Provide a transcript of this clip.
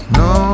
no